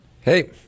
Hey